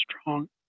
strong